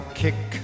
kick